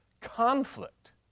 conflict